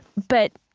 but,